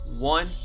one